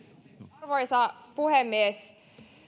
arvoisa puhemies